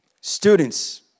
Students